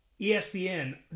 ESPN